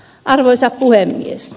arvoisa puhemies